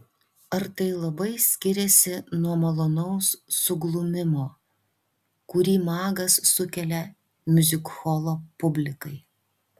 ar tai labai skiriasi nuo malonaus suglumimo kurį magas sukelia miuzikholo publikai